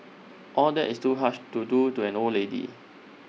all that is too harsh to do to an old lady